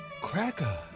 Cracker